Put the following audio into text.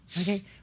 okay